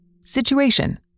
Situation